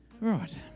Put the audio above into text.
Right